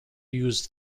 used